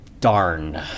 darn